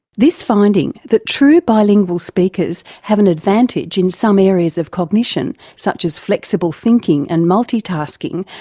this finding, that true bilingual speakers have an advantage in some areas of cognition such as flexible thinking and multi-tasking,